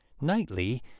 Nightly